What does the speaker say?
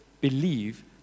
believe